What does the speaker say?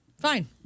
Fine